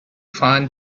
fun